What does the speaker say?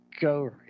go